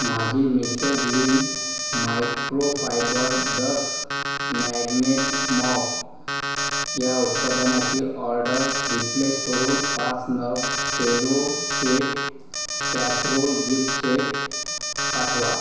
माझे mister gleam microfiber dust magnet mop या उत्पादनाची ऑर्डर रिप्लेस करून पाच नग Cello shape casserole gift set पाठवा